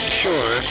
sure